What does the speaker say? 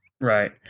Right